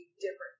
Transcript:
different